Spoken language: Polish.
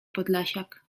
podlasiak